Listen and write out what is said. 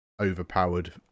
overpowered